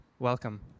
Welcome